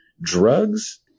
drugs